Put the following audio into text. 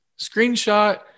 Screenshot